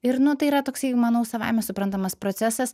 ir nu tai yra toksai manau savaime suprantamas procesas